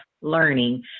learning